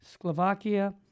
Slovakia